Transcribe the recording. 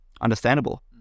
understandable